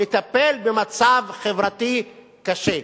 לטיפול במצב חברתי קשה.